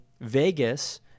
Vegas